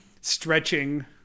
stretching